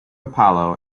apollo